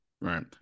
right